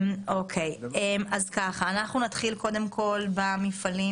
אנחנו נתחיל קודם כל עם המפעלים